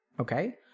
okay